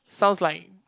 sounds like